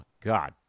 God